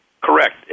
Correct